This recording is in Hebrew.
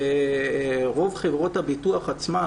רוב חברות הביטוח עצמן,